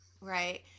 Right